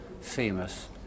Famous